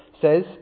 says